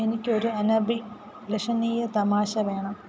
എനിക്കൊരു അനഭിലഷണീയ തമാശ വേണം